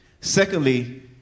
Secondly